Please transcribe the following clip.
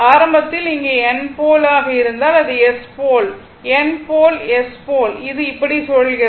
ஆரம்பத்தில் இங்கே N போல் ஆக இருந்தால் அது S போல் N போல் S போல் இது இப்படி சுழல்கிறது